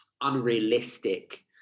unrealistic